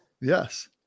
Yes